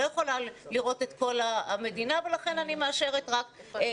אני לא יכולה לראות את כל המדינה ולכן אני מאשרת רק את תל אביב.